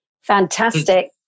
Fantastic